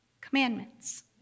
commandments